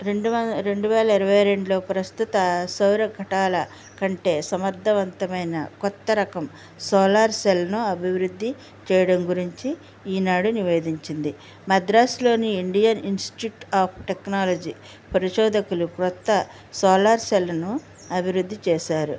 రెండువన్ రెండువేల ఇరవై రెండులో ప్రస్తుత సౌరకటాల కంటే సమర్ధవంతమైన కొత్తరకం సోలార్ సెల్ను అభివృద్ధి చేయడం గురించి ఈనాడు నివేధించింది మద్రాస్లోని ఇండియన్ ఇన్స్ట్యూట్ ఆఫ్ టెక్నాలజీ పరిశోధకులు క్రొత్త సోలార్ సెల్ను అభివృద్ధి చేశారు